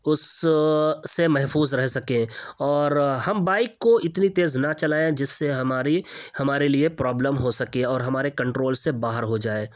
اس سے محفوظ رہ سکیں اور ہم بائیک کو اتنی تیز نہ چلائیں جس سے ہماری ہمارے لیے پروبلم ہو سکے اور ہمارے کنٹرول سے باہر ہو جائے